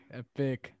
epic